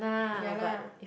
ya lah